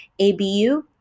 abu